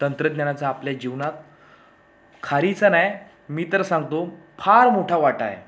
तंत्रज्ञानाचा आपल्या जीवनात खारीचा नाही मी तर सांगतो फार मोठा वाटा आहे